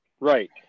Right